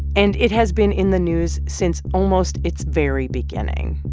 and it has been in the news since almost its very beginning.